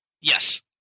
Yes